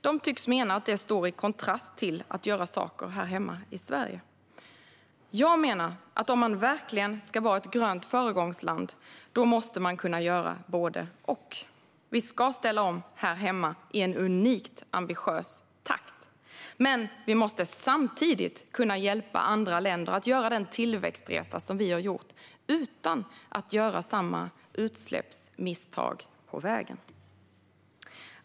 De tycks mena att det står i kontrast till att göra saker här hemma i Sverige. Jag menar att om man verkligen ska vara ett grönt föregångsland måste man kunna göra både och. Vi ska ställa om här hemma, i en unikt ambitiös takt, men vi måste samtidigt kunna hjälpa andra länder att göra den tillväxtresa som vi har gjort - utan att göra samma utsläppsmisstag på vägen.